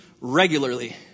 regularly